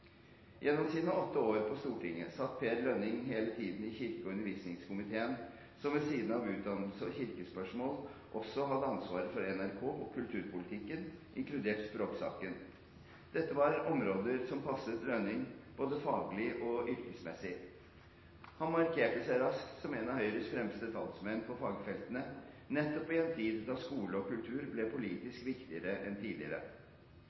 Gjennom sine åtte år på Stortinget satt Per Lønning hele tiden i kirke- og undervisningskomiteen, som ved siden av utdannelse og kirkespørsmål også hadde ansvaret for NRK og kulturpolitikken, inkludert språksaken. Dette var områder som passet Lønning både faglig og yrkesmessig. Han markerte seg raskt som en av Høyres fremste talsmenn på fagfeltene, nettopp i en tid da skole og kultur ble politisk viktigere enn tidligere.